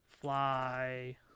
Fly